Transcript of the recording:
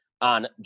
on